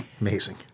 Amazing